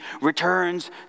returns